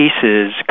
pieces